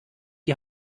die